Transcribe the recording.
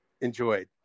enjoyed